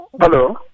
Hello